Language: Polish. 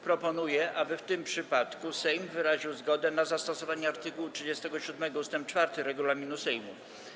Proponuję, aby w tym przypadku Sejm wyraził zgodę na zastosowanie art. 37 ust. 4 regulaminu Sejmu.